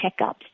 checkups